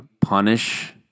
punish